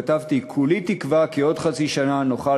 כתבתי: כולי תקווה כי עוד חצי שנה נוכל